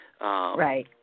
Right